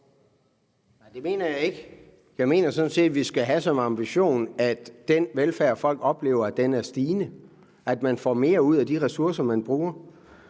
Nej, det mener jeg ikke. Jeg mener sådan set, vi skal have som ambition, at den velfærd, folk oplever, er stigende, at man får mere ud af de ressourcer, man bruger.